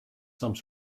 some